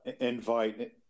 Invite